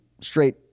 straight